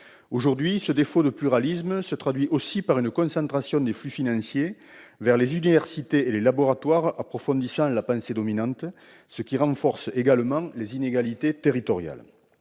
Aujourd'hui, ce défaut de pluralisme se traduit aussi par une concentration des flux financiers vers les universités et les laboratoires approfondissant la pensée dominante, ce qui renforce également les inégalités territoriales.